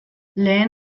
lehen